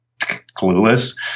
clueless